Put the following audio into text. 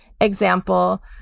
example